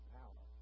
power